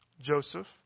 Joseph